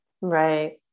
Right